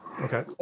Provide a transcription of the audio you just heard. Okay